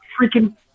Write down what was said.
freaking